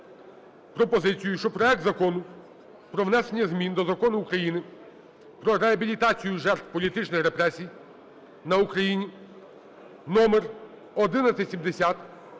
пропозицію, що проект Закону про внесення змін до Закону України "Про реабілітацію жертв політичних репресій на Україні" (№1170)